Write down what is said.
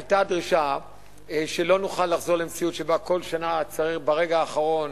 עלתה דרישה שלא נוכל לחזור למציאות שבה כל שנה צריך ברגע האחרון,